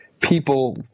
people